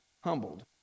humbled